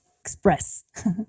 express